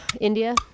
India